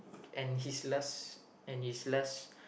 and his last and his last